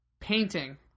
painting